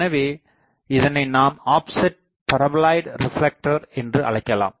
எனவே இதனை நாம் ஆப்செட் பரபோலய்ட் ரிப்லெக்டர் என்று அழைக்கலாம்